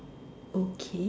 okay